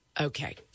Okay